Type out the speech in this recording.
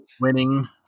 winning